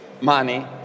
money